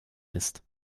ist